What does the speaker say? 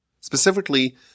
Specifically